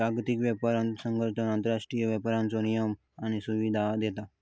जागतिक व्यापार संघटना आंतरराष्ट्रीय व्यापाराचो नियमन आणि सुविधा देता